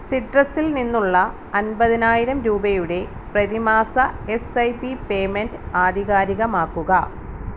സുബ്രസ്സിൽ നിന്നുള്ള അമ്പതിനായിരം രൂപയുടെ പ്രതിമാസ എസ് ഐ പി പേമെൻറ്റ് ആധികാരികമാക്കുക